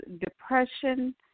Depression